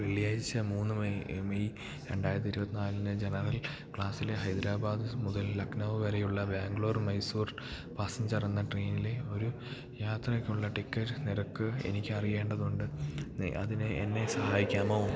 വെള്ളിയാഴ്ച മൂന്ന് May May രണ്ടായിരത്തി ഇരുപത്തിനാലിന് ജനറൽ ക്ലാസ്സിലെ ഹൈദരാബാദ് മുതൽ ലക്നൗ വരെയുള്ള ബാംഗ്ലൂർ മൈസൂർ പാസഞ്ചർ എന്ന ട്രെയിനിലെ ഒരു യാത്രയ്ക്കുള്ള ടിക്കറ്റ് നിരക്ക് എനിക്ക് അറിയേണ്ടതുണ്ട് അതിന് എന്നെ സഹായിക്കാമോ